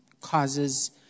causes